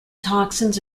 toxins